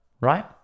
right